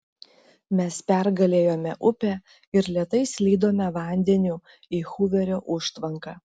mes pergalėjome upę ir lėtai slydome vandeniu į huverio užtvanką